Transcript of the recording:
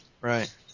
Right